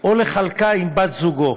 או לחלקה עם בת-זוגו,